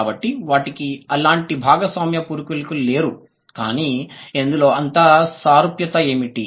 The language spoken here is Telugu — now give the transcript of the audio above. కాబట్టి వాటికి అలాంటి భాగస్వామ్య పూర్వీకులు లేరు కానీ ఇందులో అంత సారూప్యత ఏమిటి